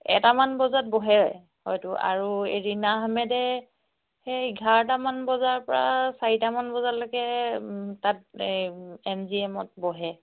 এটামান বজাত বহে হয়তো আৰু এই ৰীণা আহমেদে সেই ইঘাৰটামান বজাৰপৰা চাৰিটামান বজালৈকে তাত এই এম জি এমত বহে